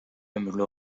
ömürlü